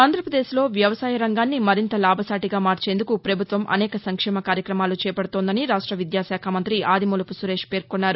ఆంధ్రాప్రదేశ్లో వ్యవసాయరంగాన్ని మరింత లాభసాటిగా మార్చేందుకు ప్రభుత్వం అనేక సంక్షేమ కార్యక్రమాలు చేపడుతోందని రాష్ట విద్యాశాఖ మంతి ఆదిమూలపు సురేష్ పేర్కోన్నారు